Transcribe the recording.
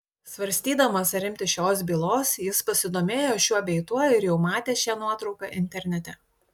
svarstydamas ar imtis šios bylos jis pasidomėjo šiuo bei tuo ir jau matė šią nuotrauką internete